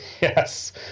Yes